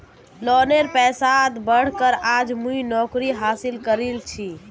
लोनेर पैसात पढ़ कर आज मुई नौकरी हासिल करील छि